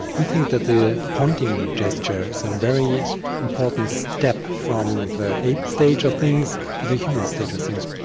you think that the pointing gesture is a very important step from the ape stage of things to the human stage of things.